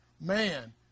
man